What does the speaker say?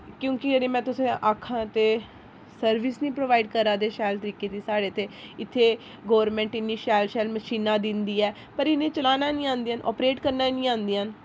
क्यूंकि में जे तुसें ई आखां ते सर्विस निं प्रोवाइड करा दे शैल तरीके दी साढ़े इत्थै इत्थै गौरमेंट इन्नी शैल शैल मशीनां दिंदी ऐ पर इ'नें चलाना निं आंदियां न ओपरेट करने नी आंदियां न